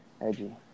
edgy